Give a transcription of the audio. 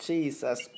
Jesus